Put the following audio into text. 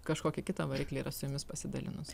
kažkokį kitą variklį yra su jumis pasidalinti